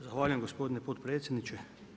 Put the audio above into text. Zahvaljujem gospodine potpredsjedniče.